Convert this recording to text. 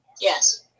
Yes